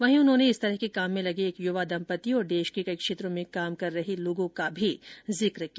वहीं उन्होंने इस तरह के काम में लगे एक यूवा दंपति और देश के कई क्षेत्रों में काम कर रहे लोगों का भी जिक्र किया